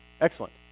Excellent